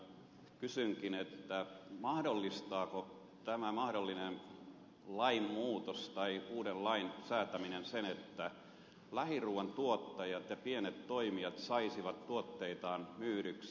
kysynkin mahdollistaako tämä mahdollinen lainmuutos tai uuden lain säätäminen sen että lähiruuan tuottajat ja pienet toimijat saisivat tuotteitaan myydyksi